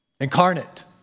incarnate